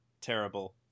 terrible